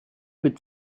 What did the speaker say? with